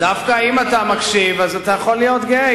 אם אתה מקשיב אתה דווקא יכול להיות גאה.